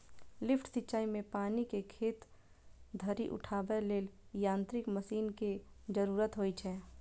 lift सिंचाइ मे पानि कें खेत धरि उठाबै लेल यांत्रिक मशीन के जरूरत होइ छै